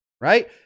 right